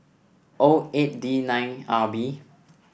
O eight D nine R B